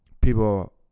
people